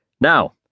Now